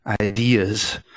ideas